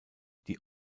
die